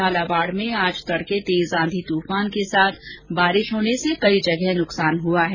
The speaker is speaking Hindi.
झालावाड़ में आज तडके तेज आंधी तूफान के साथ बारिश होने से कई जगह नुकसान हुआ है